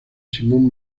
simone